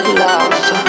love